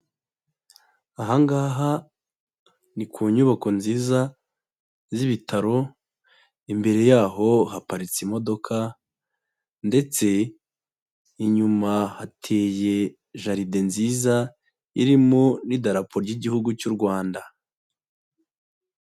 Aha ngaha ni ku nyubako nziza z'ibitaro, imbere yaho haparitse imodoka, ndetse inyuma hateye jaride nziza irimo n'idarapo ry'igihugu cy'u Rwanda.